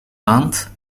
maand